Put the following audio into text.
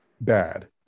bad